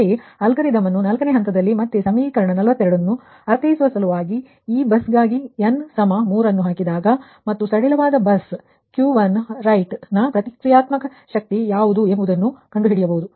ಅಂತೆಯೇ ಅಲ್ಗಾರಿದಮ್ನನ4 ನೇ ಹಂತದಲ್ಲಿ ಮತ್ತೆ ಸಮೀಕರಣ 42 ನ್ನು ಅರ್ಥೈಸುವ ಸಲುವಾಗಿ ನೀವು ಈ ಬಸ್ಗಾಗಿ n 3 ಅನ್ನು ಹಾಕಿದಾಗ ಮತ್ತು ಸಡಿಲವಾದ ಬಸ್ Q1right ನ ಪ್ರತಿಕ್ರಿಯಾತ್ಮಕ ಶಕ್ತಿ ಯಾವುದು ಎಂದು ಕಂಡುಹಿಡಿಯಬಹುದು